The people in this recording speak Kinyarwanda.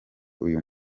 uyu